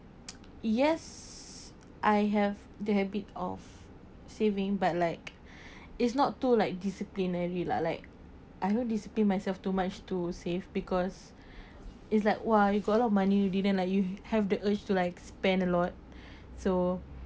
yes I have the habit of saving but like it's not too like disciplinary lah like I don't discipline myself too much to save because it's like !wah! you got a lot of money you didn't like you have the urge to like spend a lot so